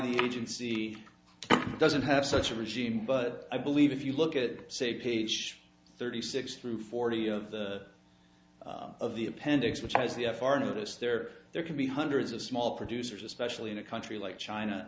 the agency doesn't have such a regime but i believe if you look at say page thirty six through forty of the of the appendix which is the f r notice there there could be hundreds of small producers especially in a country like china